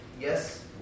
Yes